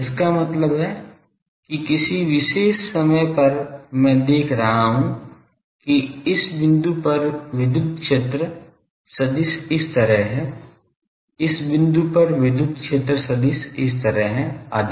इसका मतलब है कि किसी विशेष समय पर मैं देख रहा हूं कि इस बिंदु पर विद्युत क्षेत्र सदिश इस तरह है इस बिंदु पर विद्युत क्षेत्र सदिश इस तरह है आदि